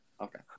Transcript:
Okay